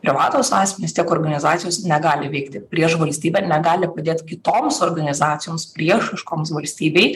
privatūs asmenys tiek organizacijos negali veikti prieš valstybę negali padėt kitoms organizacijoms priešiškoms valstybei